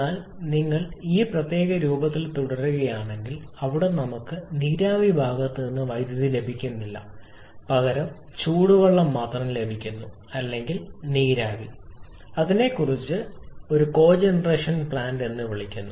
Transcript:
എന്നാൽ നിങ്ങൾ ഈ പ്രത്യേക രൂപത്തിൽ തുടരുകയാണെങ്കിൽ അവിടെ നമുക്ക് നീരാവി ഭാഗത്ത് നിന്ന് വൈദ്യുതി ലഭിക്കുന്നില്ല പകരം ചൂടുവെള്ളം മാത്രം ലഭിക്കുന്നു അല്ലെങ്കിൽ നീരാവി അതിനെ ഞങ്ങൾ ഒരു കോജെനറേഷൻ പ്ലാന്റ് എന്ന് വിളിക്കുന്നു